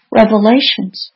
revelations